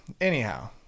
anyhow